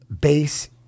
base